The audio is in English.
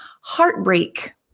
heartbreak